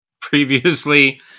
previously